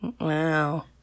Wow